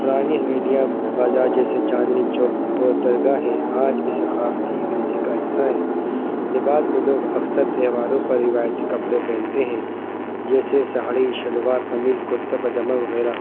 پرانی حویلیاں بازار جیسے چاندنی چوک اور درگاہیں آج بھی ثقافتی ورثے کا حصہ ہے لباس میں لوگ اکثر تہواروں پر روایتی کپڑے پہنتے ہیں جیسے ساڑی شلوار قمیص کرتا پاجامہ وغیرہ